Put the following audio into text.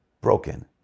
broken